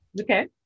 Okay